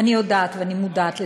אני יודעת ואני מודעת לזה,